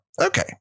Okay